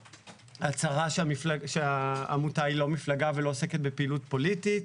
הצהרה שהעמותה היא לא מפלגה ולא עוסקת בפעילות פוליטית,